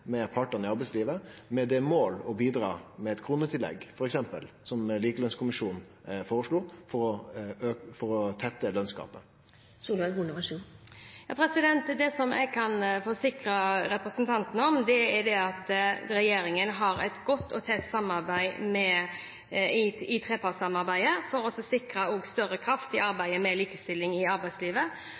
med partane i arbeidslivet med mål om å bidra f.eks. med eit kronetillegg som Likelønnskommisjonen føreslo for å tette lønsgapet? Det jeg kan forsikre representanten om, er at regjeringen har et godt og tett samarbeid i trepartssamarbeidet for å sikre større kraft i arbeidet med likestilling i arbeidslivet.